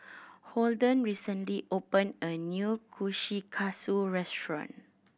Holden recently opened a new Kushikatsu restaurant